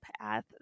path